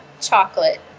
chocolate